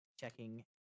Checking